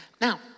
Now